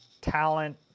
talent